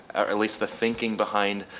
or at least the thinking behind,